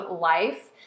life